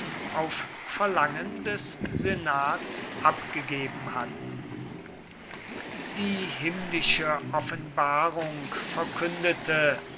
auf verlangen des senats abgegeben hatten die himmlische offenbarung verkündete